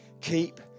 Keep